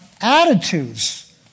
attitudes